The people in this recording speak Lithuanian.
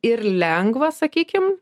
ir lengva sakykim